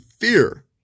fear